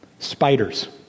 Spiders